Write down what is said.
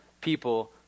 people